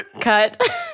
Cut